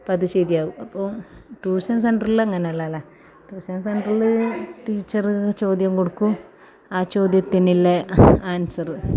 അപ്പം അത് ശരിയാകും അപ്പോൾ ട്യൂഷൻ സെൻറ്ററിൽ അങ്ങനെ അല്ലാലോ ട്യൂഷൻ സെൻറ്ററിൽ ടീച്ചറ് ചോദ്യം കൊടുക്കും ആ ചോദ്യത്തിന് അല്ലെ ആൻസറ്